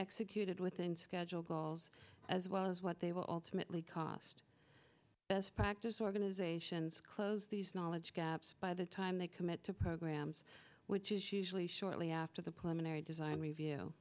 executed within scheduled balls as well as what they will ultimately cost best practice organizations close these knowledge gaps by the time they commit to programs which is usually shortly after the plenary design review